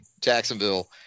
Jacksonville